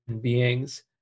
beings